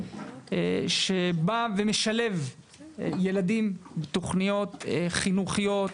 שמשלב ילדים בתוכניות חינוכיות,